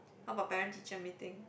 how about parent teacher meeting